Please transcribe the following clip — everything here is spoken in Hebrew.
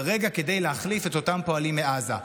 כרגע כדי להחליף את אותם פועלים מעזה.